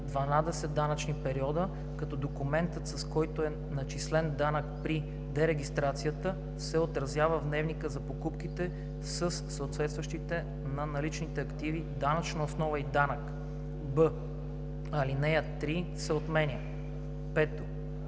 данъчни периода, като документът, с който е начислен данък при дерегистрацията, се отразява в дневника за покупките със съответстващите на наличните активи данъчна основа и данък.“; б) алинея 3 се отменя. 5.